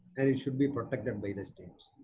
and it should be protected by the state.